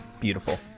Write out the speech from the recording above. Beautiful